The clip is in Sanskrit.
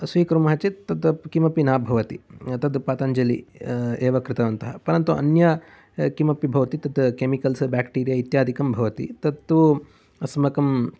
स्वीकुर्मः चेत् तद् किमपि न भवति तद् पतञ्चलि एव कृतवन्तः परन्तु अन्य किमपि भवति तत् कैमिकेल्स् ब्याक्टेरिया इत्यादिकं भवति तत्तु अस्माकं